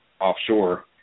offshore